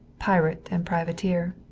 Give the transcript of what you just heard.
pirate and privateer.